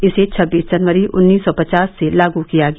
इसे छब्बीस जनवरी उन्नीस सौ पचास से लागू किया गया